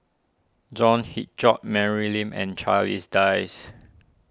John Hitchcock Mary Lim and Charles Dyce